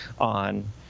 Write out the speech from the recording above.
on